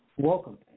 Welcome